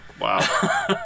Wow